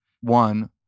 one